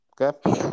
Okay